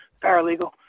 Paralegal